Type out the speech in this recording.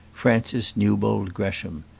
francis newbold gresham.